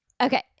Okay